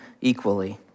equally